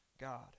God